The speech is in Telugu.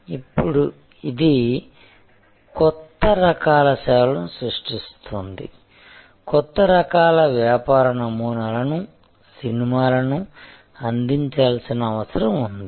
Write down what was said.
ఇది ఇప్పుడు కొత్త రకాల సేవలను సృష్టిస్తోంది కొత్త రకాల వ్యాపార నమూనాలను సినిమాలను అందించాల్సిన అవసరం ఉంది